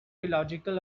illogical